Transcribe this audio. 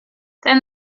then